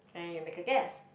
and you make a guess